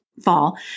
fall